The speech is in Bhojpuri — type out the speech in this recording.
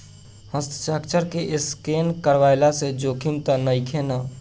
हस्ताक्षर के स्केन करवला से जोखिम त नइखे न?